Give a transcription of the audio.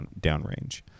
downrange